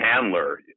Handler